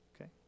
Okay